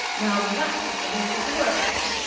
now, that is a basis to work upon,